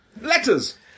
Letters